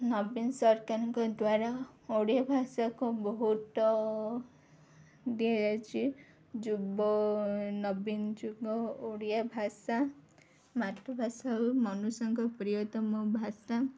ନବୀନ ସରକାରଙ୍କ ଦ୍ୱାରା ଓଡ଼ିଆ ଭାଷାକୁ ବହୁତ ଦିଆଯାଉଛି ଯୁବ ନବୀନ ଯୁବ ଓଡ଼ିଆ ଭାଷା ମାତୃଭାଷା ହେଉ ମନୁଷ୍ୟଙ୍କ ପ୍ରିୟତମ ଭାଷା